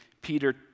Peter